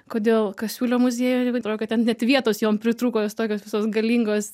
kodėl kasiulio muziejuje atrodo ten net vietos joms pritrūko jos tokios visos galingos